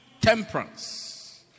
Temperance